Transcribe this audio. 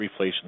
reflation